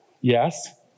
yes